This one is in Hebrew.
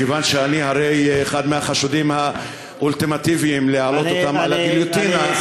מכיוון שאני הרי אחד מהחשודים האולטימטיביים להעלות אותם לגיליוטינה,